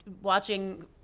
watching